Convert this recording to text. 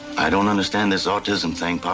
i don't understand this autism saying. um